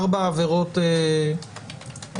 4 עבירות חניה,